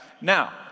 Now